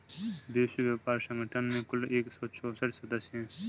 विश्व व्यापार संगठन में कुल एक सौ चौसठ सदस्य हैं